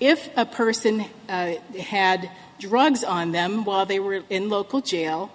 if a person had drugs on them while they were in local jail